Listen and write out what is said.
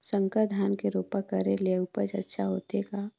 संकर धान के रोपा करे ले उपज अच्छा होथे का?